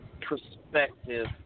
perspective